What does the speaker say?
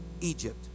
Egypt